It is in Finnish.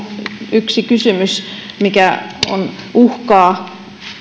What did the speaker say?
yksi kysymys mikä uhkaa